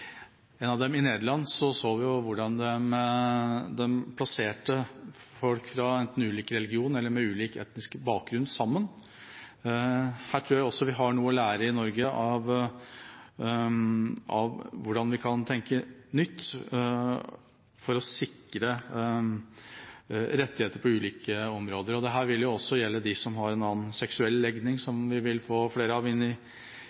Nederland, så vi at folk med enten ulik religion eller ulik etisk bakgrunn var plassert sammen. Her har vi i Norge noe å lære om hvordan vi kan tenke nytt for å sikre rettigheter på ulike områder. Dette vil også gjelde dem som har en annen seksuell legning, og som det blir flere av i